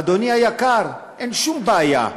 אדוני היקר, אין שום בעיה.